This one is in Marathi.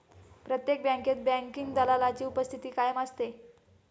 प्रत्येक बँकेत बँकिंग दलालाची उपस्थिती कायम असते